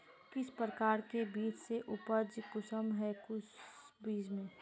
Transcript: किस प्रकार के बीज है उपज कुंसम है इस बीज में?